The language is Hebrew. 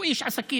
הוא איש עסקים,